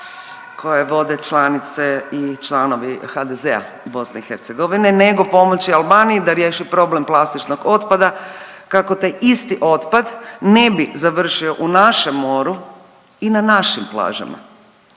koje vode članice i članovi HDZ-a BiH nego pomoći Albaniji da riješi problem plastičnog otpada kako taj isti otpad ne bi završio u našem moru i na našim plažama.